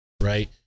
right